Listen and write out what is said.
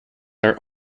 are